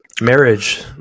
marriage